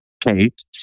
Kate